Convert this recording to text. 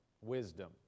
wisdom